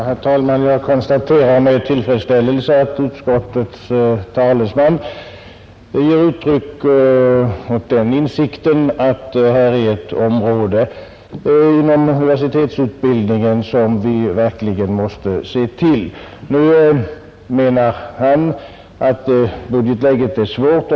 Herr talman! Jag konstaterar med tillfredsställelse att utskottets talesman ger uttryck åt den insikten att det här är ett område inom universitetsutbildningen som vi verkligen måste ta oss an. Nu menar han att budgetläget är svårt.